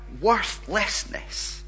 worthlessness